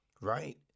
right